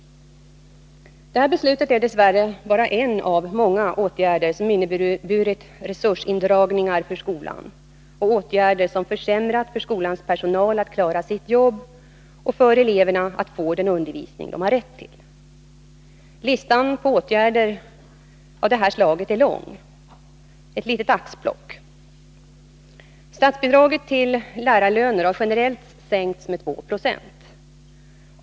Detta beslut är dess värre bara en av många åtgärder som inneburit resursindragningar för skolan, åtgärder som försämrat för skolans personal att klara sitt jobb och för eleverna att få den undervisning de har rätt till. Listan på åtgärder av det här slaget är lång. Låt mig göra ett litet axplock. Statsbidraget till lärarlöner har generellt sänkts med 2 20.